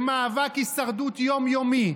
במאבק הישרדות יום-יומי,